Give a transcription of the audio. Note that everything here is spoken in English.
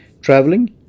traveling